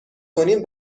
کنیم